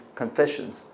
confessions